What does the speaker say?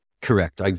Correct